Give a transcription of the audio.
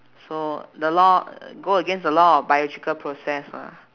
so the law go against the law of biological process ah